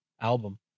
album